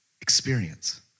Experience